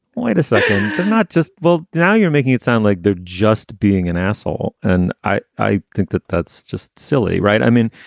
wait a second. not just well now you're making it sound like they're just being an asshole. and i i think that that's just silly. right. i mean,